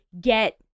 get